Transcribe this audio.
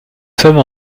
sommes